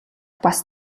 бас